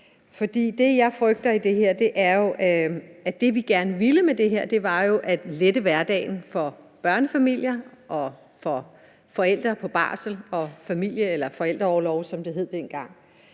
gerne ville med det her, var jo at lette hverdagen for børnefamilier og for forældre på barsel og familie- eller forældreorlov,